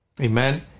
Amen